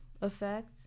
effect